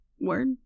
Word